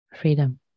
freedom